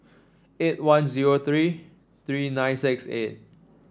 eight one zero three three nine six eight